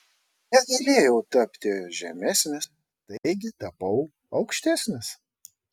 negalėjau tapti žemesnis taigi tapau aukštesnis